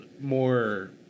more